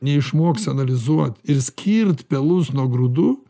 neišmoks analizuot ir skirt pelus nuo grūdų